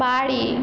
বাড়ি